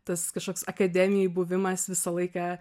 tas kažkoks akademijoj buvimas visą laiką